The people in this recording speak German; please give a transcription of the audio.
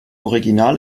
original